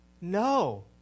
No